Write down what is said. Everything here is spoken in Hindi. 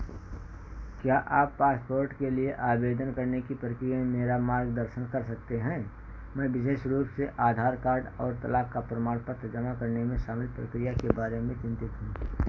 क्या आप पासपोर्ट के लिए आवेदन करने की प्रक्रिया में मेरा मार्गदर्शन कर सकते हैं मैं विशेष रूप से आधार कार्ड और तलाक का प्रमाण पत्र जमा करने में शामिल प्रक्रिया के बारे में चिंतित हूँ